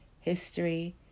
history